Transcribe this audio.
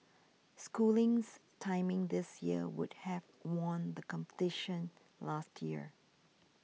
schooling's timing this year would have won the competition last year